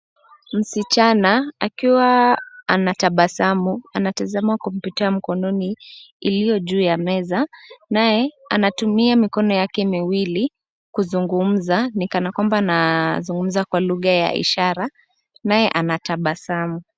Msichana akiwa anatabasamu anatazama kompyuta mkononi iliyo juu ya meza. Naye anatumia mikono yake miwili kuzungumza, ni kana kwamba anazungumza kwa lugha ya ishara. Naye anatabasamu.